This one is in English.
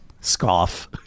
scoff